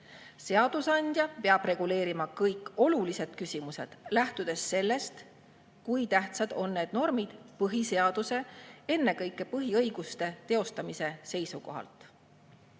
Seadusandja peab reguleerima kõik olulised küsimused, lähtudes sellest, kui tähtsad on need normid põhiseaduse, ennekõike põhiõiguste teostamise seisukohalt."